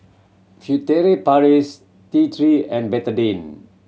Furtere Paris T Three and Betadine